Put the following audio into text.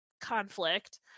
conflict